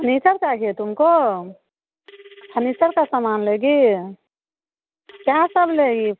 furniture चाहिए तुमको furniture का समान लेगी क्या सब लेगी